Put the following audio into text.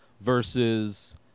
versus